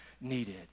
needed